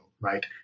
right